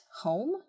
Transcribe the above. home